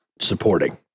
supporting